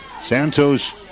Santos